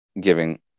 giving